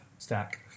stack